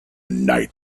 night